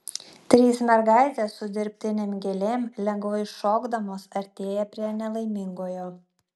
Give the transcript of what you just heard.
trys mergaitės su dirbtinėm gėlėm lengvai šokdamos artėja prie nelaimingojo